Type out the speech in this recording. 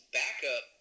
backup